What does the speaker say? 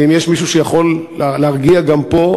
ואם יש מישהו שיכול להרגיע גם פה,